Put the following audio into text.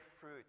fruit